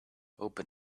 open